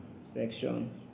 section